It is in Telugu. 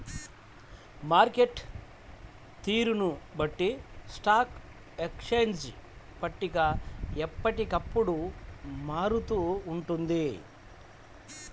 మార్కెట్టు తీరును బట్టి స్టాక్ ఎక్స్చేంజ్ పట్టిక ఎప్పటికప్పుడు మారుతూ ఉంటుంది